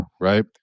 Right